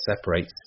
separates